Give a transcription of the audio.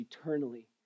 eternally